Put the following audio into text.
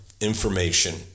information